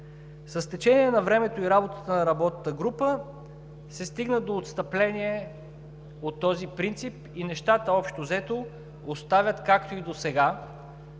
С течение на времето и работата на работната група се стигна до отстъпление от този принцип и нещата, общо взето, остават, както и досега,